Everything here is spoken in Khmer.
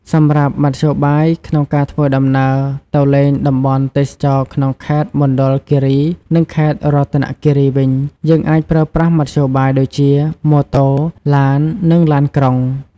សម្រាប់មធ្យោបាយក្នុងការធ្វើដំណើរទៅលេងតំបន់ទេសចរក្នុងខេត្តមណ្ឌលគិរី និងខេត្តរតនគិរីវិញ យើងអាចប្រើប្រាស់មធ្យោបាយដូចជា ម៉ូតូ ឡាន និងឡានក្រុង។